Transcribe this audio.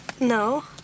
No